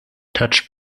touched